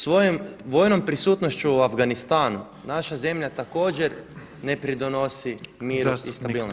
Svojom vojnom prisutnošću u Afganistanu naša zemlja također ne pridonosi miru i stabilnosti.